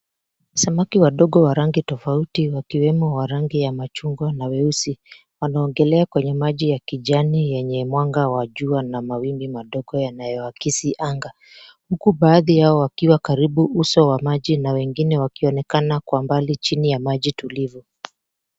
Samaki wadogo wa rangi tofauti wakiwemo wa rangi ya machungwa na weusi wanaogelea kwenye maji ya kijani yenye mwanga wa jua na mawimbi madogo yanayoakisi anga. Huku baadhi yao wakiwa karibu uso wa maji na wengine wakionekana kwa mbali chini ya maji tulivu.